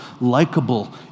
likable